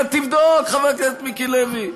תבדוק, חבר הכנסת מיקי לוי.